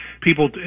people